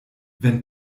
wenn